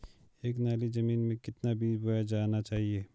एक नाली जमीन में कितना बीज बोया जाना चाहिए?